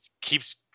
keeps